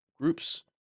groups